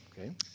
Okay